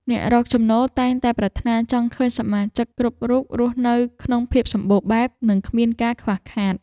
អ្នករកចំណូលតែងតែប្រាថ្នាចង់ឃើញសមាជិកគ្រប់រូបរស់នៅក្នុងភាពសម្បូរបែប និងគ្មានការខ្វះខាត។